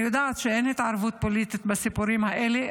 אני יודעת שאין התערבות פוליטית בסיפורים האלה,